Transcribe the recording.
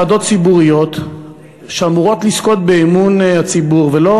ועדות ציבוריות אמורות לזכות באמון הציבור ולא